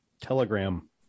Telegram